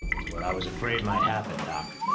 it's what i was afraid might happen, doc.